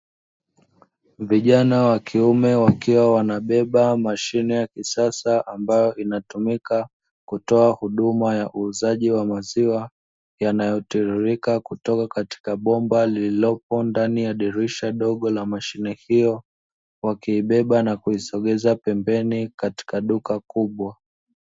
Vijana wa kiume wakiwa wanabeba mashine ya kisasa, ambayo inatumika kutoa huduma ya uuzaji wa maziwa yanayotiririka kutoka katika bomba lililopo ndani ya dirisha dogo la mashine hiyo, wakiibeba na kuisogeza pembeni katika duka kubwa.